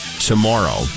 tomorrow